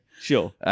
sure